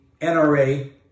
NRA